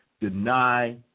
deny